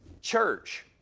church